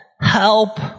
help